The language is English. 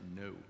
no